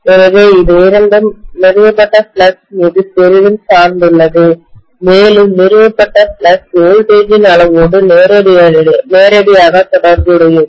எனவே இவை இரண்டும் நிறுவப்பட்ட ஃப்ளக்ஸ் மீது பெரிதும் சார்ந்துள்ளது மேலும் நிறுவப்பட்ட ஃப்ளக்ஸ் வோல்டேஜ்ன இன் அளவோடு நேரடியாக தொடர்புடையது